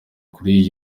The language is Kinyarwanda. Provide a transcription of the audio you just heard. kuri